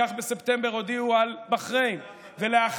אין